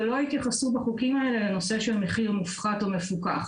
אבל לא התייחסו בחוקים האלה למחיר מופחת או מפוקח.